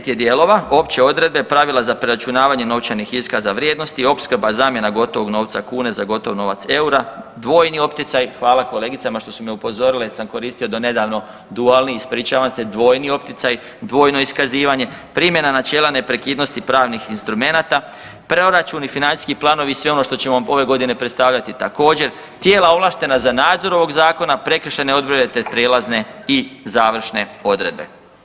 10 je dijelova, opće odredbe, pravila za preračunavanje novčanih iskaza vrijednosti, opskrba zamjena gotovog novca kune za gotov novac eura, dvojni opticaj, hvala kolegicama što su me upozorile jer sam koristio donedavno dualni, ispričavam se, dvojni opticaj, dvojno iskazivanje, primjena načela neprekidnosti pravnih instrumenata, proračuni i financijski planovi i sve ono što ćemo ove godine predstavljati također, tijela ovlaštena za nadzor ovog zakona, prekršajne odredbe, te prijelazne i završne odredbe.